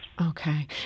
Okay